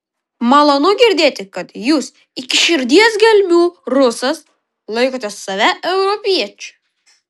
malonu girdėti kad jūs iki širdies gelmių rusas laikote save europiečiu